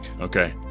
Okay